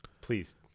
Please